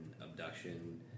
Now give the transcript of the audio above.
abduction